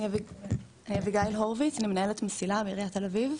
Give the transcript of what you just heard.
אני אביגיל הורביץ מנהלת מסיל"ה, עיריית תל אביב,